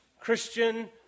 Christian